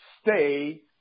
stay